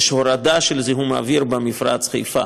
יש הורדה של זיהום האוויר במפרץ חיפה.